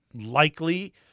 likely